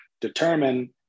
determine